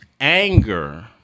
anger